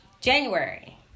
January